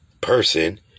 person